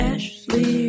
Ashley